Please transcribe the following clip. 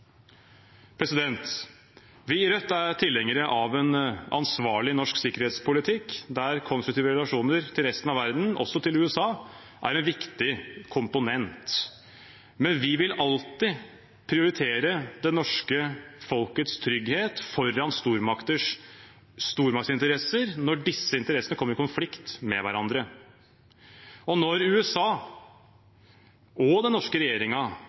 grensen. Vi i Rødt er tilhengere av en ansvarlig norsk sikkerhetspolitikk, der konstruktive relasjoner til resten av verden, også til USA, er en viktig komponent. Men vi vil alltid prioritere interessen for det norske folkets trygghet foran stormaktsinteresser når disse interessene kommer i konflikt med hverandre. Når USA og den norske